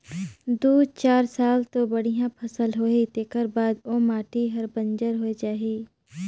दू चार साल तो बड़िया फसल होही तेखर बाद ओ माटी हर बंजर होए जाही